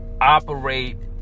operate